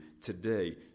today